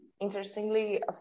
interestingly